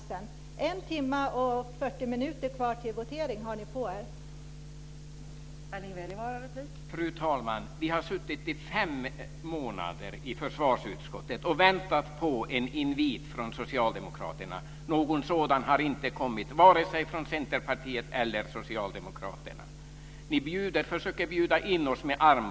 Det är 1 timme och 40 minuter kvar till votering, och den tiden har ni på er.